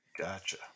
Gotcha